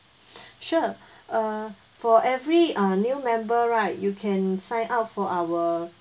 sure err for every err new member right you can sign up for our